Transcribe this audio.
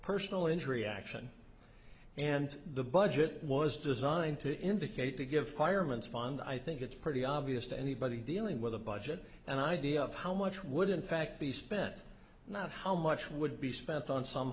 personal injury action and the budget was designed to indicate to give fireman's fund i think it's pretty obvious to anybody dealing with a budget and idea of how much would in fact be spent not how much would be spent on some